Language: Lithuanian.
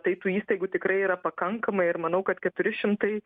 tai tų įstaigų tikrai yra pakankamai ir manau kad keturi šimtai